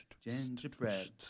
Gingerbread